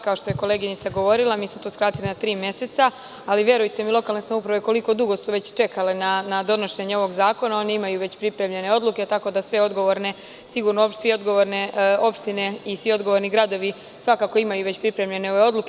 Kao što je koleginica govorila, mi smo to skratili na tri meseca, ali, verujte mi, lokalne samouprave koliko dugo su već čekale na donošenje ovog zakona, oni imaju već pripremljene odluke, tako da sve odgovorne opštine i svi odgovorni gradovi svakako imaju već pripremljene odluke.